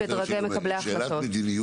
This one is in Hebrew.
את מקלט המס